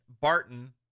Barton